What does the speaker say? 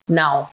now